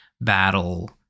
battle